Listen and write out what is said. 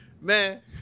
Man